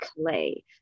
clay